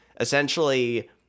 Essentially